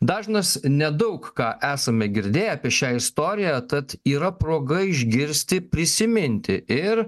dažnas nedaug ką esame girdėję apie šią istoriją tad yra proga išgirsti prisiminti ir